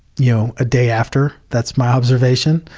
you know, a day after, that's my observation,